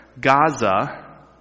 Gaza